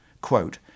quote